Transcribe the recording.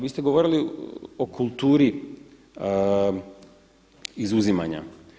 Vi ste govorili o kulturi izuzimanja.